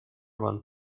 one